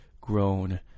grown